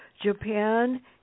Japan